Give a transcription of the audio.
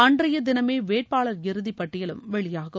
அன்றைய தினமே வேட்பாளர் இறுதி பட்டியலும் வெளியாகும்